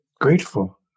grateful